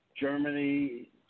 Germany